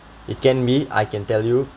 it can be I can tell you